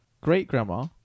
great-grandma